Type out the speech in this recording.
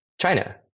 China